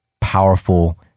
powerful